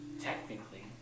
Technically